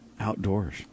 Outdoors